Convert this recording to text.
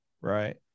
right